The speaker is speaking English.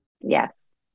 Yes